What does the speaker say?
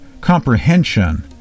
comprehension